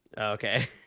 okay